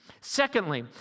Secondly